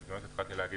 זה מה שהתחלתי להגיד,